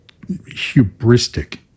hubristic